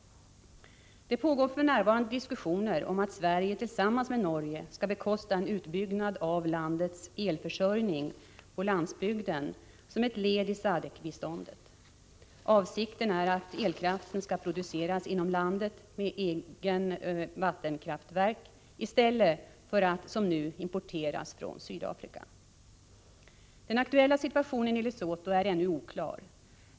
Det pågår för närvarande diskussioner om att Sverige tillsammans med Norge skall bekosta en utbyggnad av landets elförsörjning på landsbygden som ett led i SADCC-biståndet. Avsikten är att elkraften skall produceras inom landet med egna vattenkraftverk i stället för att som nu importeras från Sydafrika. Den aktuella situationen i Lesotho är ännu oklar.